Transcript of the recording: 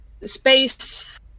space